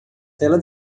tela